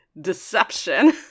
deception